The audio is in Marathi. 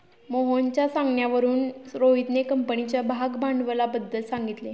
मोहनच्या सांगण्यावरून रोहितने कंपनीच्या भागभांडवलाबद्दल सांगितले